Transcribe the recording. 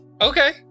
Okay